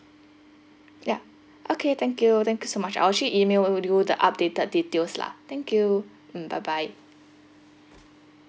ya okay thank you thank you so much I'll actually email you do the updated details lah thank you mm bye bye